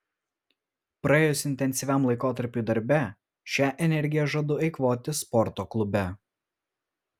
praėjus intensyviam laikotarpiui darbe šią energiją žadu eikvoti sporto klube